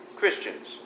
Christians